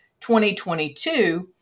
2022